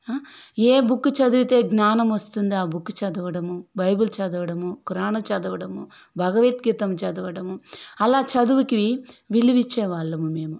ఏ book చదివితే జ్ఞానం వస్తుంది ఆ బుక్కు చదవడము బైబిల్ చదవడము ఖురాన్ చదవడము భగవద్గీత చదవడము అలా చదువుకి విలువిచ్చే వాళ్ళము మేము